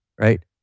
Right